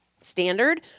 standard